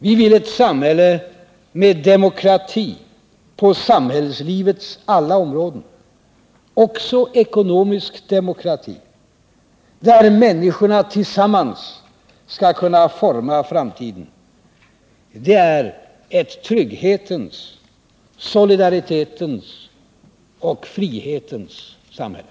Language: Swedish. Vi vill ett samhälle med demokrati på samhällslivets alla områden, också ekonomisk demokrati, där människorna tillsammans skall kunna forma framtiden. Det är ett trygghetens, solidaritetens och frihetens samhälle.